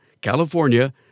California